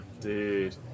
dude